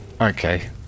Okay